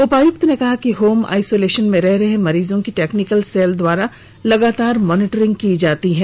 उपायुक्त ने कहा कि होम आइसोलेशन में रह रहे मरीजों की टेक्निकल सेल द्वारा लगातार मॉनिटरिंग की जाती है